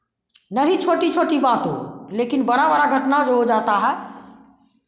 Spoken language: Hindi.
नहीं छोटी छोटी बातों लेकिन बड़ा बड़ा घटना जो हो जाता है